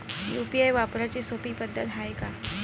UPI वापराची सोपी पद्धत हाय का?